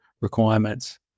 requirements